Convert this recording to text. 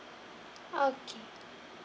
okay